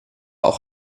auch